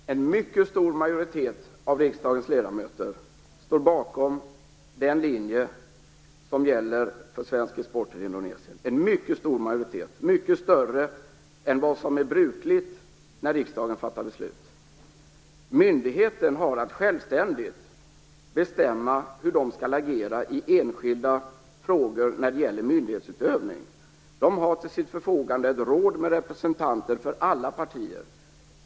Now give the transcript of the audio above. Fru talman! En mycket stor majoritet av riksdagens ledamöter står bakom den linje som gäller för svensk export till Indonesien. Det är en mycket större majoritet än vad som är vanligt när riksdagen fattar beslut. Myndigheten har att självständigt bestämma hur man skall agera i enskilda frågor när det gäller myndighetsutövning. De har till sitt förfogande ett råd med representanter för alla partier.